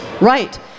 Right